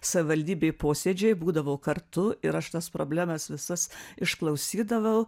savivaldybėj posėdžiai būdavo kartu ir aš tas problemas visas išklausydavau